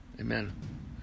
amen